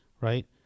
Right